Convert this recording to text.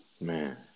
Man